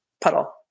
puddle